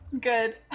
Good